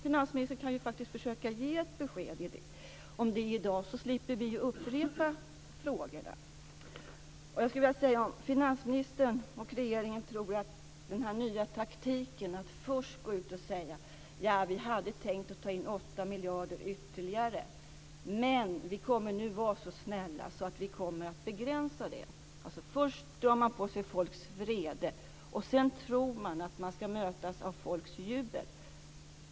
Finansministern kan försöka ge ett besked om det i dag, så slipper vi upprepa frågorna. Finansministerns och regeringens nya taktik är att först gå ut och säga att man hade tänkt ta in 8 miljarder ytterligare men sedan säga att man är så snäll att man begränsar det. Först drar man på sig folks vrede, och sedan tror man att man ska mötas av folks jubel.